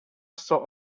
saw